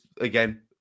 again